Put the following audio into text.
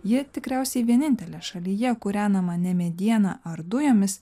ji tikriausiai vienintelė šalyje kūrenama ne mediena ar dujomis